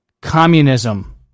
communism